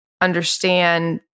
understand